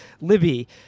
Libby